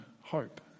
hope